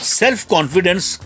self-confidence